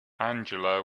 angela